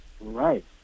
Right